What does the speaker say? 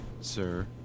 sir